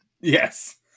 Yes